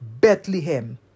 Bethlehem